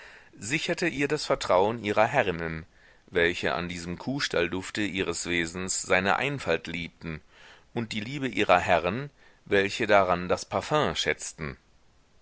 sicherte ihr das vertrauen ihrer herrinnen welche an diesem kuhstalldufte ihres wesens seine einfalt liebten und die liebe ihrer herren welche daran das parfum schätzten